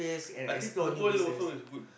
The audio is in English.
I think punggol also is good